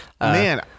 Man